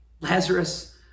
Lazarus